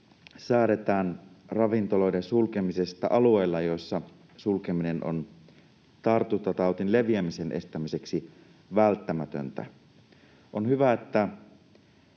säädetään ravintoloiden sulkemisesta alueilla, joissa sulkeminen on tartuntataudin leviämisen estämiseksi välttämätöntä. On hyvä, että